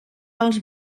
als